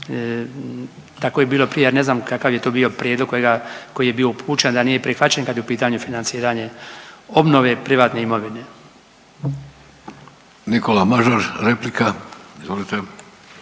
tako je bilo prije, ja ne znam kakav je to bio prijedlog kojega, koji je bio upućen da nije prihvaćen kad je u pitanju financiranje obnove privatne imovine. **Vidović, Davorko